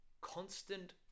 constant